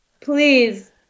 please